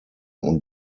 und